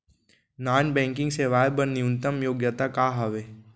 Non banking सेवाएं बर न्यूनतम योग्यता का हावे?